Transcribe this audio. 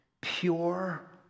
pure